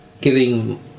giving